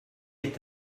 est